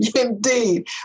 Indeed